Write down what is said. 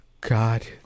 God